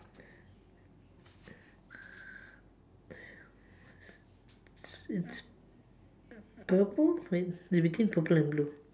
it's it's purple wait it's between purple and blue